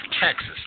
Texas